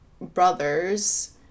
brothers